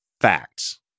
facts